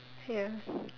ya